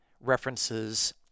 references